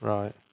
Right